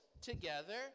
together